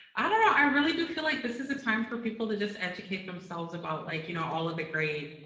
i don't know. i really do feel like this is a time for people to just educate themselves about, like, you know, all of the great,